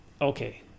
Okay